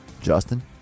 Justin